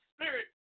Spirit